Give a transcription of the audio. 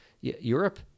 Europe